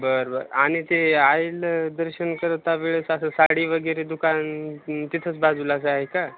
बर बर आणि ते आईला दर्शन करतेवेळेस असं साडी वगैरे दुकान न् तिथंच बाजूलाच आहे का